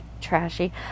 trashy